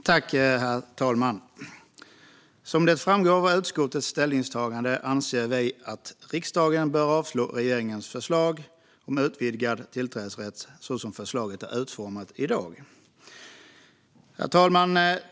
Herr talman! Som framgår av utskottets ställningstagande anser vi att riksdagen bör avslå regeringens förslag om utvidgad tillträdesrätt, så som förslaget är utformat i dag.